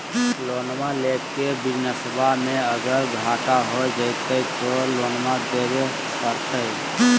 लोनमा लेके बिजनसबा मे अगर घाटा हो जयते तो लोनमा देवे परते?